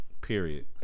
Period